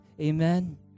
Amen